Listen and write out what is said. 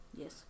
Yes